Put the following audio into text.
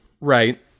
right